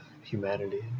humanity